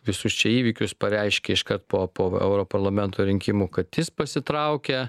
visus čia įvykius pareiškė iškart po po europarlamento rinkimų kad jis pasitraukia